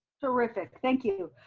terrific, thank you,